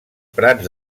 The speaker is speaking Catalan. prats